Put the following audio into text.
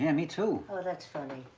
yeah me too. oh, that's funny.